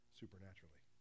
supernaturally